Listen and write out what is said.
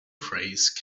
phrase